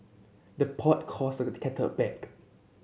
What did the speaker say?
the pot calls the kettle back